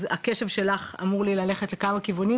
אז הקשב שלך אמור ללכת לכמה כיוונים,